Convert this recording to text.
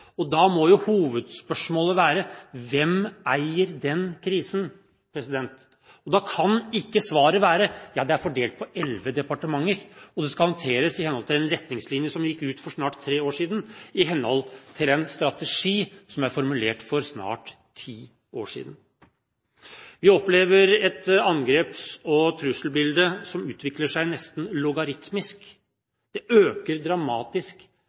Da må hovedspørsmålet være: Hvem eier den krisen? Da kan ikke svaret være at det er fordelt på elleve departementer, og at det skal håndteres i henhold til en retningslinje som gikk ut for snart tre år siden, i henhold til en strategi som ble formulert for snart ti år siden. Vi opplever et angreps- og trusselbilde som utvikler seg nesten logaritmisk. Det øker dramatisk